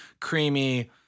creamy